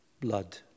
blood